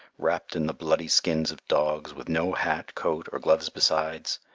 wrapped in the bloody skins of dogs, with no hat, coat, or gloves besides,